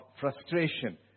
frustration